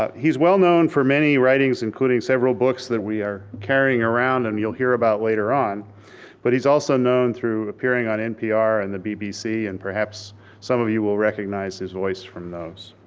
ah he's well known for many writings, including several books that we are carrying around and you'll hear about later on but he's also known through appearing on npr and the bbc and perhaps some of you will recognize his voice from those.